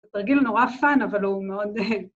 ‫התרגיל נורא פאן, אבל הוא מאוד...